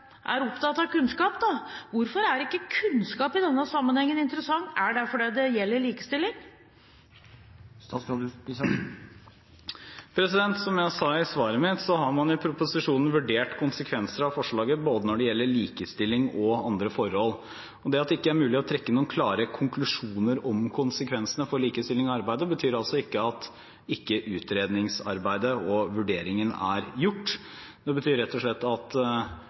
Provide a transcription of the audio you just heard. ikke kunnskap i denne sammenhengen interessant? Er det fordi det gjelder likestilling? Som jeg sa i svaret mitt, har man i proposisjonen vurdert konsekvenser av forslaget både når det gjelder likestilling og andre forhold. Og det at det ikke er mulig å trekke noen klare konklusjoner om konsekvensene for likestilling i arbeidslivet, betyr altså ikke at ikke utredningsarbeidet og vurderingen er gjort. Det betyr rett og slett at